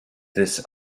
this